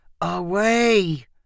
away